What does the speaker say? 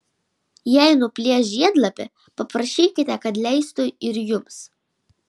jei nuplėš žiedlapį paprašykite kad leistų ir jums